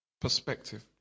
perspective